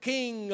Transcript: King